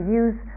use